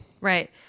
Right